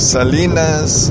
Salinas